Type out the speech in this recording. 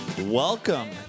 Welcome